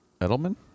Edelman